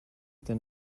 then